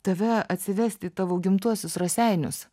tave atsivesti į tavo gimtuosius raseinius